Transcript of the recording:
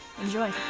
enjoy